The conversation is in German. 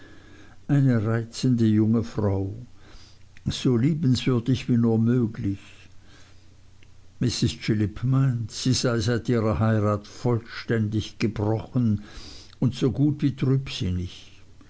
eine reizende junge frau so liebenswürdig wie nur möglich mrs chillip meint sie sei seit ihrer heirat vollständig gebrochen und so gut wie trübsinnig